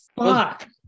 fuck